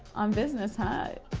on business, huh?